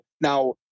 Now